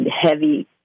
heavy